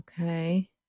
Okay